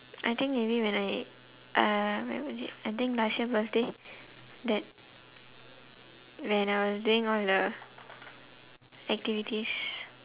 I think maybe when I uh I think last year birthday that when I was doing all the activities